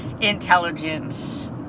Intelligence